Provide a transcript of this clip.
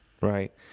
Right